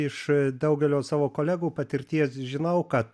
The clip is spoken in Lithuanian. iš daugelio savo kolegų patirties žinau kad